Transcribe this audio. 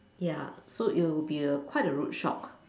ya so it will be a quite a rude shock